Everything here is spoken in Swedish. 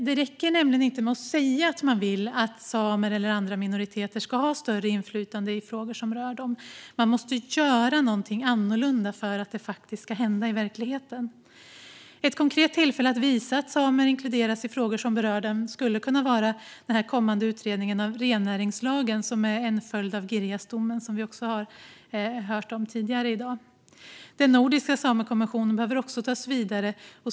Det räcker inte med att säga att man vill att samer eller andra minoriteter ska ha större inflytande i frågor som rör dem, utan man måste göra någonting annorlunda för att det ska hända i verkligheten. Ett konkret tillfälle att visa att samer inkluderas i frågor som berör dem skulle kunna vara den kommande utredningen av rennäringslagen. Den är en följd av Girjasdomen, som vi har hört om tidigare i dag. Den nordiska samekonventionen behöver också tas vidare.